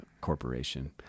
corporation